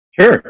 Sure